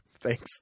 Thanks